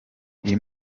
iri